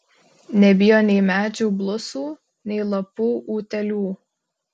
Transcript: nebijo nei medžių blusų nei lapų utėlių